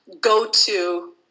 go-to